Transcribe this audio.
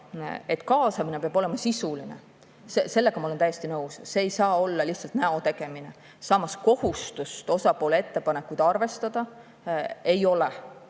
et kaasamine peab olema sisuline, ma olen täiesti nõus. See ei saa olla lihtsalt näo tegemine. Samas, kohustust osapoolte ettepanekuid arvestada ei ole.